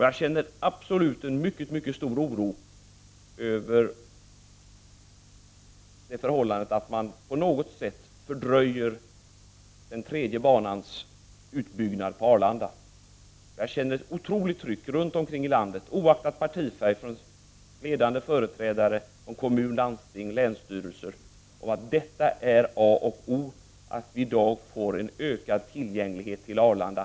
Jag känner en väldigt stor oro över det förhållandet att man på något sätt fördröjer utbyggnaden av en tredje bana på Arlanda. Jag upplever ett otroligt stort tryck från olika håll runt om i landet i det avseendet, oavsett partifärg, från ledande företrädare för kommuner, landsting och länsstyrelser. Man menar att det är A och O att vi nu får en ökad tillgänglighet till Arlanda.